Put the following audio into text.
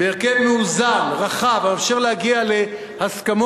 בהרכב מאוזן, רחב, המאפשר להגיע להסכמות,